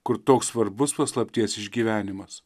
kur toks svarbus paslapties išgyvenimas